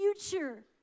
future